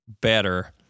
better